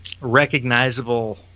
recognizable